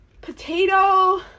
potato